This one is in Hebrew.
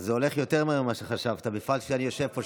זה הולך יותר מהר ממה שחשבת, בפרט כשאני יושב פה.